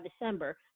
december